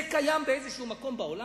זה קיים במקום כלשהו בעולם?